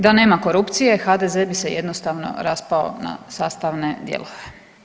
Da nema korupcije HDZ bi se jednostavno raspao na sastavne dijelove.